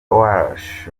walsh